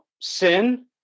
sin